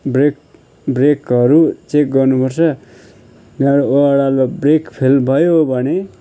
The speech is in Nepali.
ब्रेक ब्रेकहरू चेक गर्नु पर्छ त्यहाँबाट ओह्रालो ब्रेक फेल भयो भने